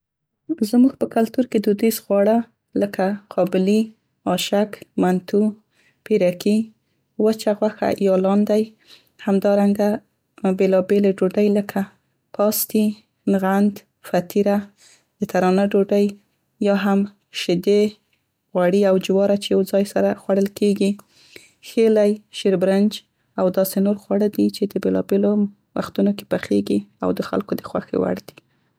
زموږ په کلتور کې دودیز خواړه لکه، قابلي، اشک، منتو، پیرکي، وچه غوښه یا لاندی، همدارنګه بیلابیلې ډوډۍ، لکه پاستي، نغند، فتیره، د ترانه ډوډۍ، یا هم شیدې غوړي او جواره چې یو ځای سره خوړل کیګي، ښیلی، شیربرنج او داسې نور خواړه دي چې د بیلابیلو وختونو کې پخیګي او د خلکو د خوښې وړ دي.